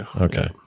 okay